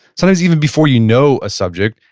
sometimes even before you know a subject,